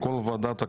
כל ועדת כנסת,